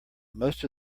most